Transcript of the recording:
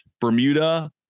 Bermuda